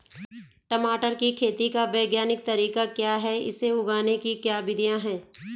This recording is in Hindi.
टमाटर की खेती का वैज्ञानिक तरीका क्या है इसे उगाने की क्या विधियाँ हैं?